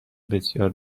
بسیار